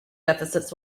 deficits